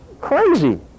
crazy